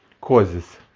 causes